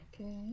Okay